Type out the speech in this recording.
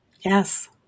Yes